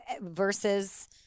versus